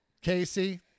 Casey